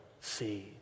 see